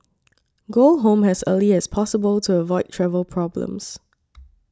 go home as early as possible to avoid travel problems